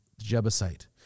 Jebusite